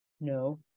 No